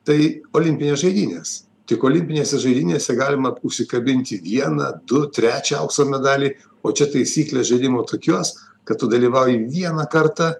tai olimpinės žaidynės tik olimpinėse žaidynėse galima užsikabinti vieną du trečią aukso medalį o čia taisyklės žaidimo tokios kad tu dalyvauji vieną kartą